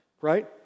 Right